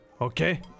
okay